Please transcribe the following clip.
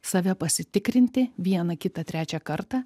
save pasitikrinti vieną kitą trečią kartą